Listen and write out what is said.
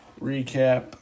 recap